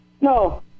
no